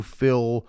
fill